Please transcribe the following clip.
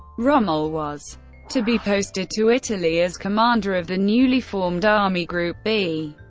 rommel was to be posted to italy as commander of the newly formed army group b.